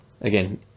Again